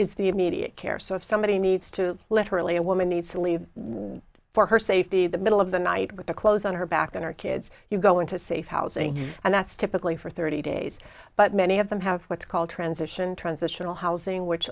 is the immediate care so if somebody needs to literally a woman needs to leave for her safety the middle of the night with the clothes on her back in our kids you go into safe housing and that's typically for thirty days but many of them have what's called transition transitional housing which